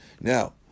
Now